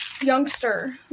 youngster